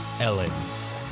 Ellens